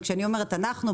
וכשאני אומרת אנחנו,